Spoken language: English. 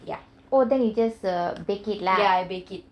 oh then you just bake it lah